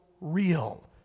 real